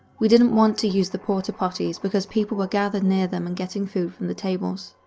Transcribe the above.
we didn't want to use the porta-potties because people were gathered near them and getting food from the tables.